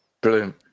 Brilliant